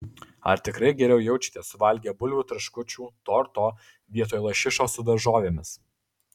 ar tikrai geriau jaučiatės suvalgę bulvių traškučių torto vietoj lašišos su daržovėmis